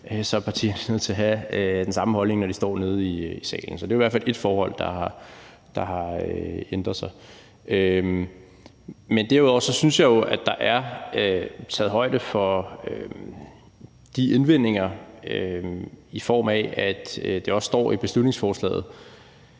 er partierne nødt til have den samme holdning, når de står i salen. Så det er i hvert fald ét forhold, der har ændret sig. Derudover synes jeg jo, at der er taget højde for de indvendinger, i form af at det også står i beslutningsforslaget,